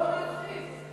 בואו נתחיל.